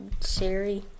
Siri